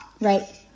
Right